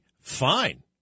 fine